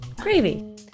gravy